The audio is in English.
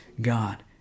God